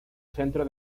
centro